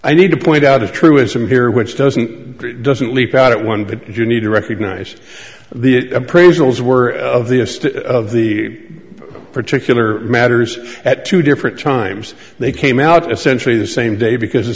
i need to point out a truism here which doesn't it doesn't leap out at one but you need to recognise the appraisals were of the of the particular matters at two different times they came out essentially the same day because